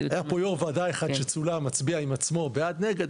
היה פה יו"ר ועדה אחד שצולם מצביע עם עצמו בעד ונגד,